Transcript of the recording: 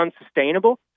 unsustainable